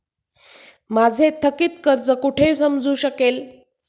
माझे थकीत कर्ज कुठे समजू शकेल?